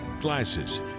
glasses